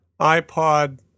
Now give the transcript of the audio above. iPod